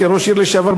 כראש עיר לשעבר,